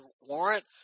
warrant